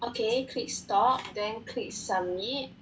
okay please stop then click submit